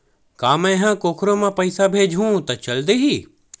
का मै ह कोखरो म पईसा भेजहु त चल देही?